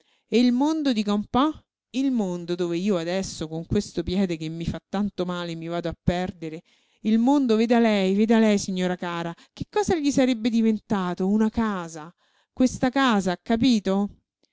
e il mondo dica un po il mondo dove io adesso con questo piede che mi fa tanto male mi vado a perdere il mondo veda lei veda lei signora cara che cosa gli sarebbe diventato una casa questa casa ha capito